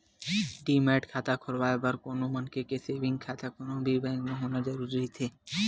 demat खाता खोलवाय बर कोनो मनखे के सेंविग खाता कोनो भी बेंक म होना जरुरी रहिथे